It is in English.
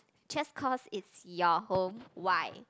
just cause it's your home why